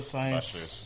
Science